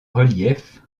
reliefs